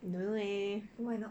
don't know leh